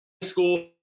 school